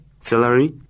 celery